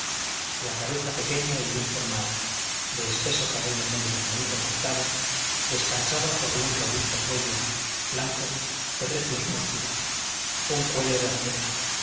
la cabeza pequeña y bien formada de espeso cabello negro muy recortado descansaba sobre un robusto cuello blanco de recios músculos un cuello de atleta